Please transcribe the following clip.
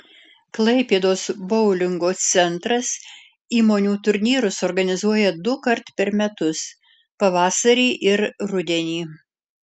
klaipėdos boulingo centras įmonių turnyrus organizuoja dukart per metus pavasarį ir rudenį